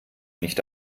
nicht